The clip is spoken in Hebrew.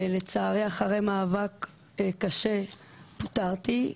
לצערי, אחרי מאבק קשה פוטרתי.